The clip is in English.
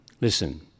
Listen